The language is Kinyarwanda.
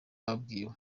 babwiwe